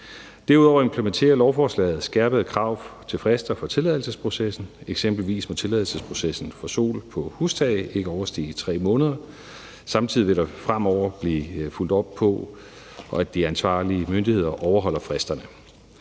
Derudover implementerer lovforslaget skærpede krav til frister for tilladelsesprocessen. Eksempelvis må tilladelsesprocessen for solceller på hustage ikke overstige 3 måneder, og samtidig vil der fremover blive fulgt op på, at de ansvarlige myndigheder overholder fristerne.